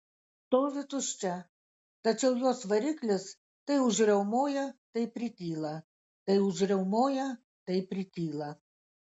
stovi tuščia tačiau jos variklis tai užriaumoja tai prityla tai užriaumoja tai prityla